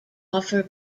offer